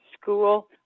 school